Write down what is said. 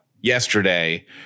yesterday